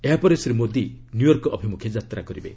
ଏହାପରେ ଶ୍ରୀମୋଦି ନ୍ୟୁୟର୍କ ଅଭିମୁଖେ ଯାତ୍ରା କରିବେ